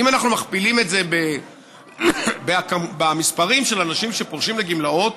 אם אנחנו מכפילים את זה במספרים של אנשים שפורשים לגמלאות,